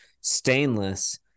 stainless